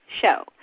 show